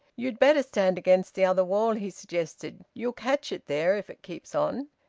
you'd better stand against the other wall, he suggested. you'll catch it there, if it keeps on.